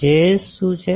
Js શું છે